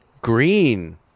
green